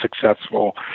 successful